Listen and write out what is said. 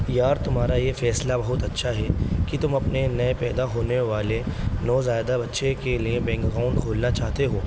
یار تمہارا یہ فیصلہ بہت اچھا ہے کہ تم اپنے نئے پیدا ہونے والے نوزائیدہ بچے کے لیے بینک اکاؤنٹ کھولنا چاہتے ہو